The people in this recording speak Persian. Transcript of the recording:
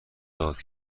داد